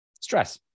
stress